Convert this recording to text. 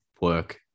work